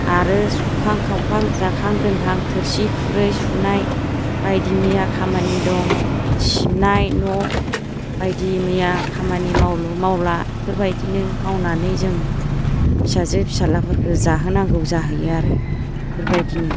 आरो संखां खावखां जाखां दोनखां थोरसि खुरै सुनाय बायदि मैया खामानि दं सिबनाय न' बायदि मैया खामानि मावलु मावला बेफोरबायदिनो मावनानै जों फिसाजो फिसाज्लाफोरखो जाहोनांगौ जाहैयो आरो बेफोरबायदिनो